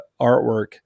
artwork